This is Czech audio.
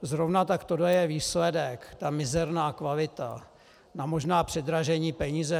Zrovna tak, tohle je výsledek, ta mizerná kvalita za možná předražené peníze.